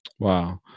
Wow